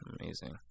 amazing